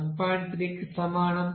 3 కి సమానం